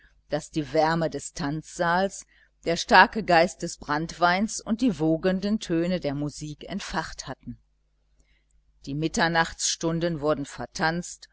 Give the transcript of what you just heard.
das die wärme des tanzsaals der starke geist des branntweins und die wogenden töne der musik entfacht hatten die mitternachtsstunden wurden vertanzt